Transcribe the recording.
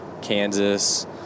Kansas